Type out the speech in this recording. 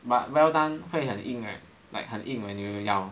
but well done 会很硬 right 很硬 when 你咬